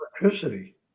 electricity